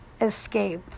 escape